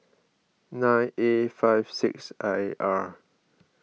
nine A five six I R